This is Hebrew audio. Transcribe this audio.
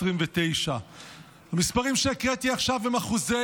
29. המספרים שהקראתי עכשיו הם אחוזי